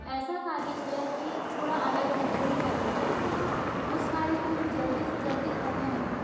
ऐसा कार्य किया कि थोड़ा अलग रहकर ही कार्य किया और उस कार्य को मैंने जल्दी से जल्दी खत्म हो